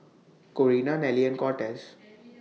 Corina Nelly and Cortez